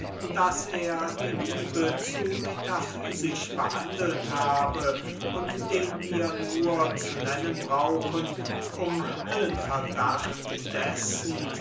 daß er die liebe zu metaphysisch behandelt habe und den wir nur zu nennen brauchen um allen verdacht dessen